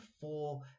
four